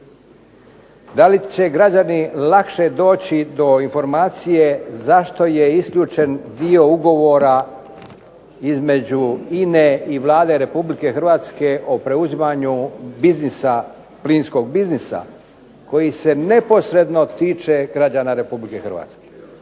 Da li će građani lakše doći do informacije zašto je isključen dio Ugovora između INA-e i Vlade Republike Hrvatske o preuzimanju plinskog biznisa koji se neposredno tiče građana Republike Hrvatske?